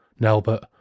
...Nelbert